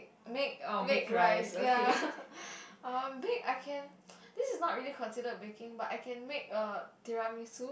make make rice ya uh bake I can this is not really considered baking but I can make uh tiramisu